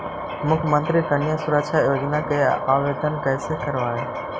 मुख्यमंत्री कन्या सुरक्षा योजना के आवेदन कैसे करबइ?